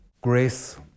grace